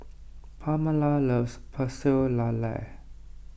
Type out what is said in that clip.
Pamala loves Pecel Lele